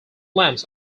lamps